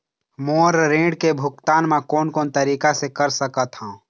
मोर ऋण के भुगतान म कोन कोन तरीका से कर सकत हव?